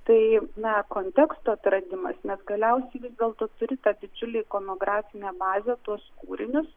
tai na konteksto atradimas nes galiausiai vis dėlto turi tą didžiulį ikonografinę bazę tuos kūrinius